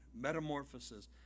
metamorphosis